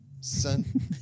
son